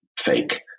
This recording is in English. fake